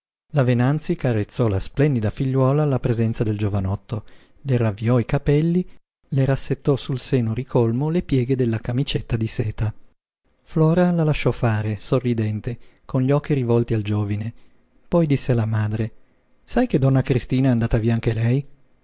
la venanzi carezzò la splendida figliuola alla presenza del giovanotto le ravviò i capelli le rassettò sul seno ricolmo le pieghe della camicetta di seta flora la lasciò fare sorridente con gli occhi rivolti al giovine poi disse alla madre sai che donna cristina è andata via anche lei